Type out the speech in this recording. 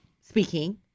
speaking